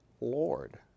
Lord